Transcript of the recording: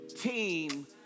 team